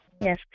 Yes